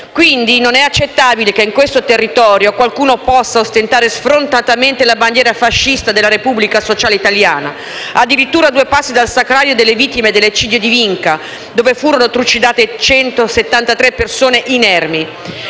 quindi non è accettabile che in questo territorio qualcuno possa ostentare sfrontatamente la bandiera fascista della Repubblica Sociale Italiana, addirittura a due passi dal sacrario delle vittime dell'eccidio di Vinca, dove furono trucidate 173 persone inermi.